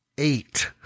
Eight